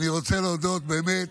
אני רוצה להודות, באמת,